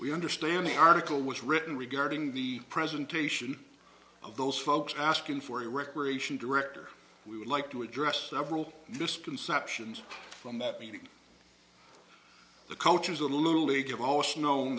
we understand the article was written regarding the presentation of those folks asking for a reparation director we would like to address several misconceptions from that meeting the culture is a little league of all it's known